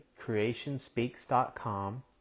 CreationSpeaks.com